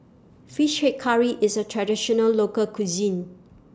Fish Head Curry IS A Traditional Local Cuisine